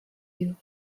you